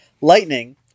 lightning